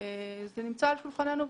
זה נמצא על שולחננו.